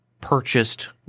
purchased